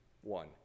one